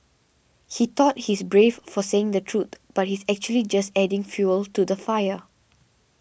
he thought he's brave for saying the truth but he's actually just adding fuel to the fire